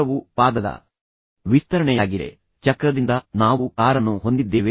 ಚಕ್ರವು ಪಾದದ ವಿಸ್ತರಣೆಯಾಗಿದೆ ಚಕ್ರದಿಂದ ನಾವು ಕಾರನ್ನು ಹೊಂದಿದ್ದೇವೆ